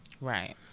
Right